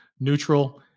neutral